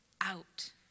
out